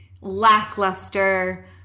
lackluster